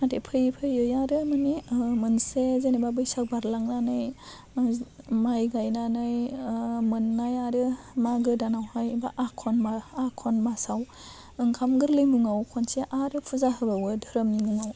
नाथाय फैयै फैयै आरो माने मोनसे जेनेबा बैसाग बारलांनानै माइ गायनानै मोन्नाय आरो मागो दानावहाय बा आघोन आघोन मासाव ओंखाम गोरलैनि मुङाव खनसे आरो फुजा होबावो धोरोमनि मुङाव